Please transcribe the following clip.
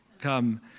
come